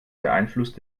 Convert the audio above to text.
beeinflusst